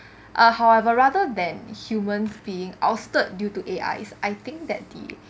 uh however rather than humans being ousted due to A_I I think that the